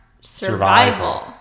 survival